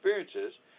experiences